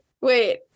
Wait